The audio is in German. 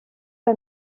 der